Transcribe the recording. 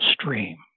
stream